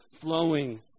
flowing